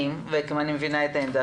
מבינה שאנחנו מדברים על עניין חוזי